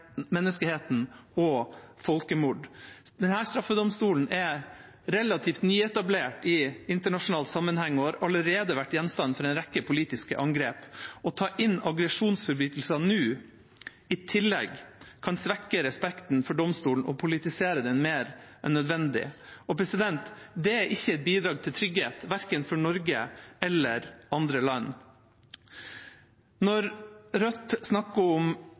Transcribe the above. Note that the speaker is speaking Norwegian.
menneskeheten og folkemord. Denne straffedomstolen er relativt nyetablert i internasjonal sammenheng og har allerede vært gjenstand for en rekke politiske angrep. Nå å ta inn aggresjonsforbrytelser i tillegg kan svekke respekten for domstolen og politisere den mer enn nødvendig. Det er ikke et bidrag til trygghet verken for Norge eller andre land. Rødt snakker om